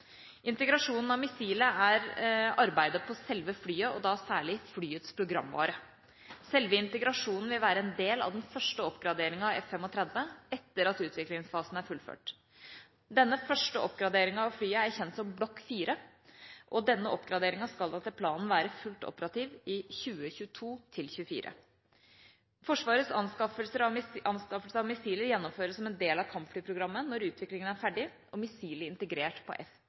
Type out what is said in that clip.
Integrasjonen av missilet er arbeidet på selve flyet, og da særlig flyets programvare. Selve integrasjonen vil være en del av den første oppgraderingen av F-35 etter at utviklingsfasen er fullført. Denne første oppgraderinga av flyet er kjent som Block 4, og denne oppgraderinga skal, etter planen, være fullt operativ i 2022–2024. Forsvarets anskaffelse av missilet gjennomføres som en del av kampflyprogrammet når utviklingen er ferdig, og missilet er integrert på